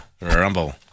rumble